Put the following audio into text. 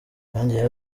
yongeyeho